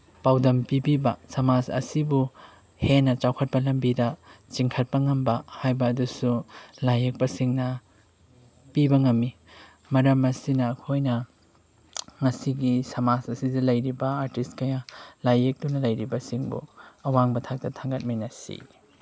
ꯄꯥꯎꯗꯝ ꯄꯤꯕꯤꯕ ꯁꯃꯥꯖ ꯑꯁꯤꯕꯨ ꯍꯦꯟꯅ ꯆꯥꯎꯈꯠꯄ ꯂꯝꯕꯤꯗ ꯆꯤꯡꯈꯠꯄ ꯉꯝꯕ ꯍꯥꯏꯕ ꯑꯗꯨꯁꯨ ꯂꯥꯏꯌꯦꯛꯄꯁꯤꯡꯅ ꯄꯤꯕ ꯉꯝꯃꯤ ꯃꯔꯝ ꯑꯁꯤꯅ ꯑꯩꯈꯣꯏꯅ ꯉꯁꯤꯒꯤ ꯁꯃꯥꯖ ꯑꯁꯤꯗ ꯂꯩꯔꯤꯕ ꯑꯥꯔꯇꯤꯁ ꯀꯌꯥ ꯂꯥꯏ ꯌꯦꯛꯇꯨꯅ ꯂꯩꯔꯤꯕꯁꯤꯡꯕꯨ ꯑꯋꯥꯡꯕ ꯊꯥꯛꯇ ꯊꯥꯡꯒꯠꯃꯤꯟꯅꯁꯤ